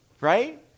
right